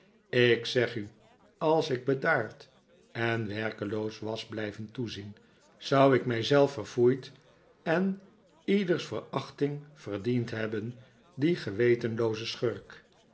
ik zeg u als ik bedaard en werkeloos was blijven toezien zou ik mij zelf verfoeid en ieders verachting verdiend hebben die gewetenlooze